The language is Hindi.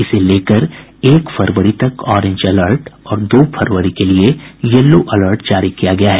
इसे लेकर एक फरवरी तक ऑरेंज अलर्ट और दो फरवरी के लिए येलो अलर्ट जारी किया गया है